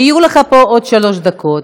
יהיו לך פה עוד שלוש דקות,